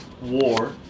War